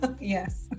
Yes